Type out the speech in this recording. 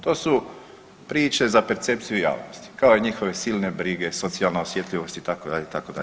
To su priče za percepciju javnosti kao i njihove silne brige, socijalna osjetljivost itd. itd.